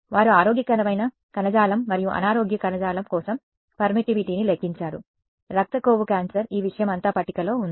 వారు ఆరోగ్యకరమైన కణజాలం మరియు అనారోగ్య కణజాలం కోసం పర్మిటివిటీని లెక్కించారు రక్త కొవ్వు క్యాన్సర్ ఈ విషయం అంతా పట్టికలో ఉంది